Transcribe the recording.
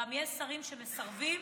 יש גם שרים שמסרבים.